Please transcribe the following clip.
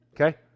okay